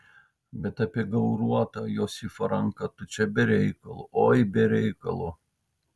bet apie gauruotą josifo ranką tu čia be reikalo oi be reikalo